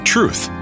Truth